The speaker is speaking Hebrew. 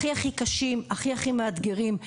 הכי קשים ומאתגרים.